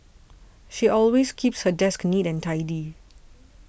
she always keeps her desk neat and tidy